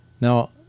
Now